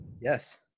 Yes